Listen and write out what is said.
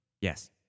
Yes